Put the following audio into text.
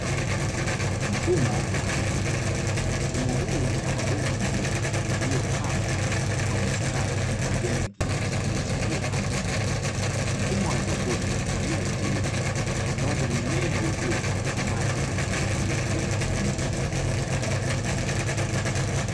Mfumo wa haidroponi, mfumo huu una mabomba meupe yaliyopangwa kwa mistari na majani ya kijani kibichi yaliyopandwa juu yake. Mfumo wa haidroponi ni njia ya kilimo ambapo mimea hukuzwa kwenye maji yenye virutubisho bila kutumia udongo.